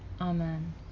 Amen